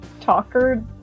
talker